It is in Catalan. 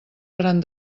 faran